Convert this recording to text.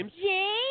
James